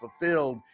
fulfilled